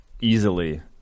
easily